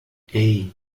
hey